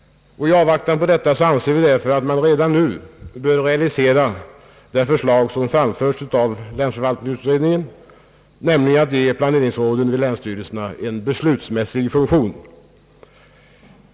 I avvaktan på detta anser vi därför att man redan nu bör realisera det förslag som framförts av länsförvaltningsutredningen, nämligen att ge planeringsråden vid länsstyrelserna en beslutsmässig funktion.